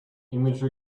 image